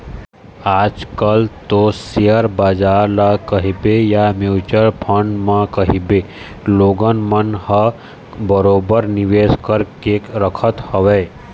आज कल तो सेयर बजार ल कहिबे या म्युचुअल फंड म कहिबे लोगन मन ह बरोबर निवेश करके रखत हवय